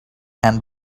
and